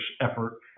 effort